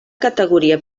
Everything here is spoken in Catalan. categoria